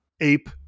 ape